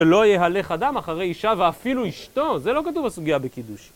ולא יהלך אדם אחרי אישה ואפילו אשתו, זה לא כתוב בסוגיה בקידושין.